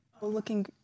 looking